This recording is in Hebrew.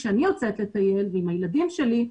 כשאני יוצאת עם הילדים שלי,